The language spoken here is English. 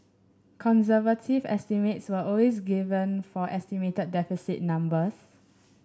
conservative estimates were always given for estimated deficit numbers